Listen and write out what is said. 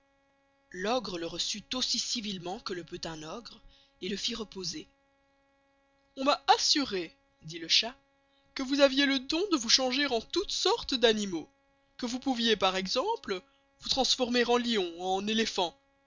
l'ogre le receut aussi civilement que le peut un ogre et le fit reposer on m'a assuré dit le chat que vous aviez le don de vous changer en toutes sortes d'animaux que vous pouviez par exemple vous transformer en lyon en elephant